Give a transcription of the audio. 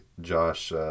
Josh